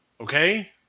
Okay